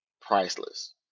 priceless